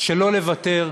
שלא לוותר,